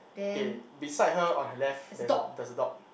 okay beside her on her left there's a there's a dog